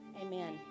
amen